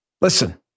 Listen